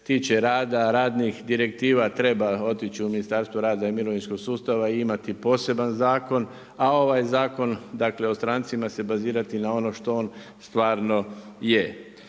tiče rada, radnih direktiva treba otići u Ministarstvo rada i mirovinskog sustava i imati poseban zakon, a ovaj zakon, dakle o strancima se bazirati na ono što on stvarno je.